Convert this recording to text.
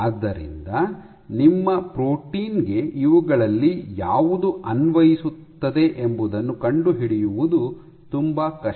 ಆದ್ದರಿಂದ ನಿಮ್ಮ ಪ್ರೋಟೀನ್ ಗೆ ಇವುಗಳಲ್ಲಿ ಯಾವುದು ಅನ್ವಯಿಸುತ್ತದೆ ಎಂಬುದನ್ನು ಕಂಡುಹಿಡಿಯುವುದು ತುಂಬಾ ಕಷ್ಟ